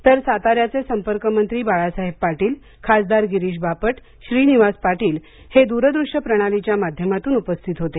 तर साताऱ्याचे संपर्क मंत्री बाळासाहेब पाटील खासदार गिरीश बापट श्रीनिवास पाटील हे दूरवृष्य प्रणालीच्या माध्यमातून उपस्थित होते